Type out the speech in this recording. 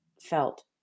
felt